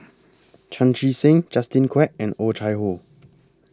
Chan Chee Seng Justin Quek and Oh Chai Hoo